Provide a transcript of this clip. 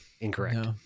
Incorrect